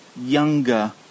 younger